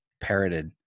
parroted